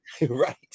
right